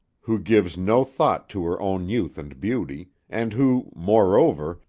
who gives no thought to her own youth and beauty, and who, moreover,